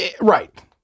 Right